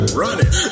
running